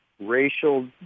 racial